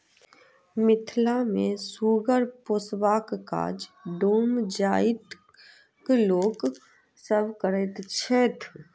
मिथिला मे सुगर पोसबाक काज डोम जाइतक लोक सभ करैत छैथ